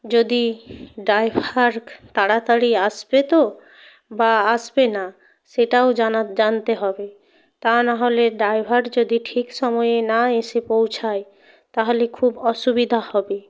যদি ড্রাইভার তাড়াতাড়ি আসবে তো বা আসবে না সেটাও জানতে হবে তা নাহলে ড্রাইভার যদি ঠিক সময়ে না এসে পৌঁছায় তাহলে খুব অসুবিধা হবে